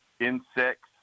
insects